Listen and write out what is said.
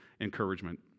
encouragement